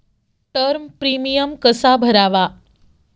Term premium कसा भरावा?